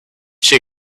she